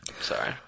Sorry